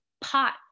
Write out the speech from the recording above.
pot